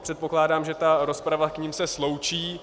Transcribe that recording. Předpokládám, že rozprava k nim se sloučí.